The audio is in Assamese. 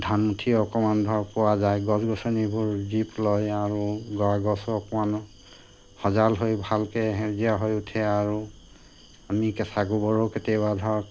ধান মুঠিও অকণমান ধৰক পোৱা যায় গছ গছনিবোৰ জীপ লয় আৰু গা গছো অকণমান সজাল হৈ ভালকৈ সেউজীয়া হৈ উঠে আৰু আমি কেঁচা গোবৰো কেতিয়াবা ধৰক